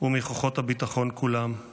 ומכוחות הביטחון כולם;